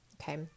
okay